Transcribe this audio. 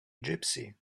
gypsy